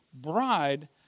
bride